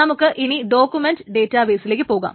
നമുക്ക് ഇനി ഡോകുമെന്റ് ഡേറ്റാബേസിലേക്കു പോകാം